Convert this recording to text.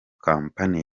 company